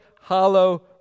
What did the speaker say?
hollow